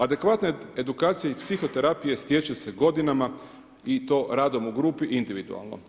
Adekvatna edukacija i psihoterapija stječe se godinama i to radom u grupi individualno.